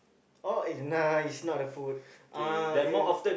oh it's nice not the food uh it